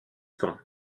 temps